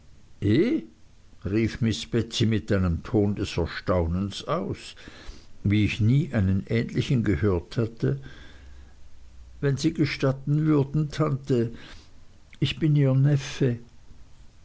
miß betsey mit einem ton des erstaunens aus wie ich nie einen ähnlichen gehört hatte wenn sie gestatten würden tante ich bin ihr